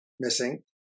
missing